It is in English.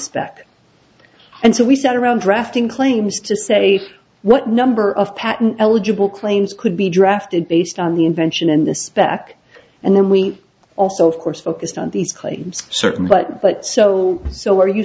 spec and so we sat around drafting claims to say what number of patent eligible claims could be drafted based on the invention in the spec and then we also of course focused on these claims certainly but but so so are you